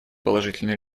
положительные